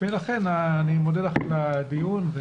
--- לכן אני מודה לך על הדיון.